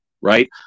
Right